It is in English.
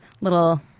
little